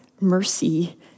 mercy